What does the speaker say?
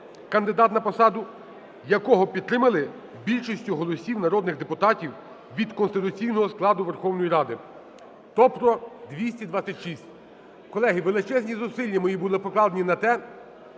кандидат на посаду, якого підтримали більшістю голосів народних депутатів від конституційного складу Верховної Ради, тобто 226. Колеги, величезні зусилля мої були покладені на те,